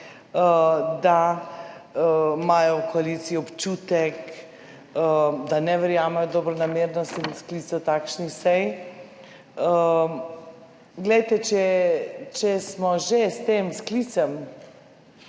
da imajo v koaliciji občutek, da ne verjamejo v dobronamernosti in sklicu takšnih sej. Glejte, če smo že s tem sklicem